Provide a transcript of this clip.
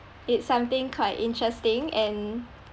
it's something quite interesting and